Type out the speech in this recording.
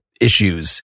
issues